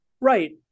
Right